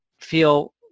feel